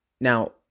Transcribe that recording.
Now